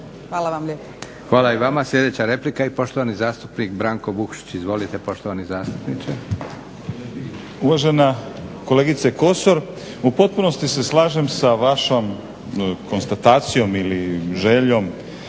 Hvala vam lijepa.